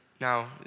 now